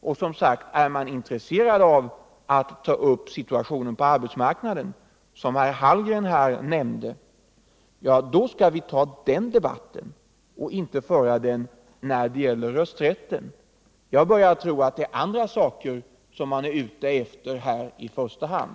Om man, som sagt, är intresserad av att ta upp situationen på arbetsmarknaden, som herr Hallgren nämnde, skall vi ta en särskild debatt om den frågan och inte föra den debatten nu när det gäller rösträtten. Jag börjar tro att det är andra saker som man är ute efter i första hand.